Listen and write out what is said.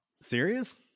serious